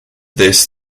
this